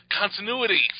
Continuity